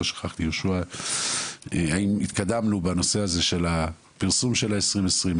נשמע האם התקדמנו בנושא הזה של הפרסום של ה-2020,